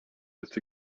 with